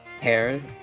hair